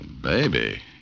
baby